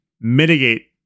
mitigate